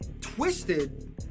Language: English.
Twisted